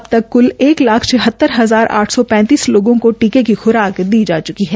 अब तक क्ल एक लाख छिहतर हजार आठ सौ पैतींस लोगों को टीके की ख्राक दी जा च्की है